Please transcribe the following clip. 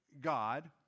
God